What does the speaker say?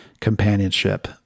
companionship